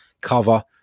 cover